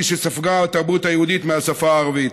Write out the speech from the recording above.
שספגה התרבות היהודית מהשפה הערבית.